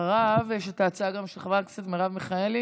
אחריו יש גם הצעה חברת הכנסת מרב מיכאלי,